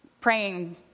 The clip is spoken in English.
Praying